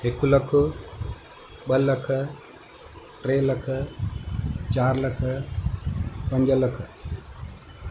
हिकु लख ॿ लख टे लख चारि लख पंज लख